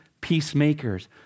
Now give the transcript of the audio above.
peacemakers